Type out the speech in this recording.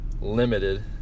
limited